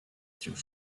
through